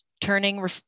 turning